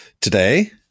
today